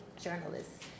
journalists